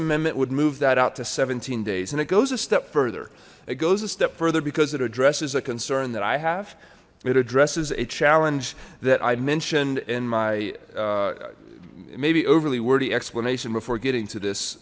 amendment would move that out to seventeen days and it goes a step further it goes a step further because it addresses a concern that i have it addresses a challenge that i mentioned in my may be overly wordy explanation before getting to this